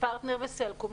פרטנר וסלקום,